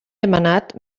demanat